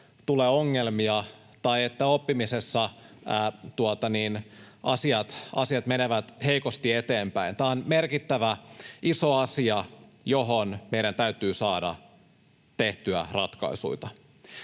tulee ongelmia tai oppimisessa asiat menevät heikosti eteenpäin. Tämä on merkittävä, iso asia, johon meidän täytyy saada tehtyä ratkaisuja.